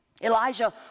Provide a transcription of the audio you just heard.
Elijah